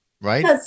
Right